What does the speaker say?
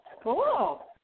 Cool